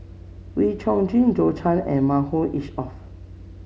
Wee Chong Jin Zhou Can and Mahmood Yusof